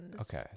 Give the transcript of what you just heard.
Okay